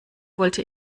wollte